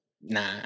Nah